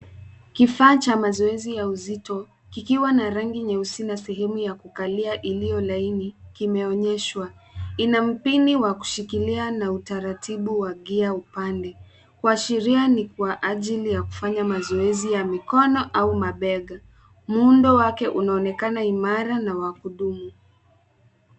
Kifaa cha mazoezi ya uzito, kikiwa na rangi nyeusi na sehemu ya kukalia iliyo laini kimeonyeshwa. Ina mpini wa kushikilia na utaratibu wa gia upande. Kuashiria ni kwa ajili ya kufanya mazoezi ya mikono au mabega. Muundo wake unaonekana imara na wa kudumu.